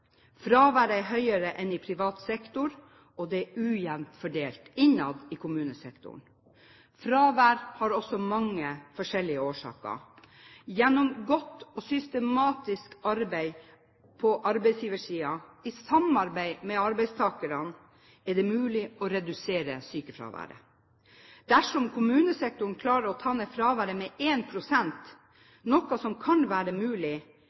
Fraværet er høyere enn i privat sektor, og det er ujevnt fordelt innad i kommunesektoren. Fravær har også mange forskjellige årsaker. Gjennom godt og systematisk arbeid fra arbeidsgiversiden, i samarbeid med arbeidstakerne, er det mulig å redusere sykefraværet. Dersom kommunesektoren klarer å ta ned fraværet med 1 pst., noe som kan være mulig,